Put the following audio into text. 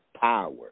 power